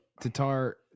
Tatar